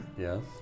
Yes